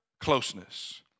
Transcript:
closeness